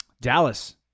Dallas